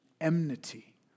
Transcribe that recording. Enmity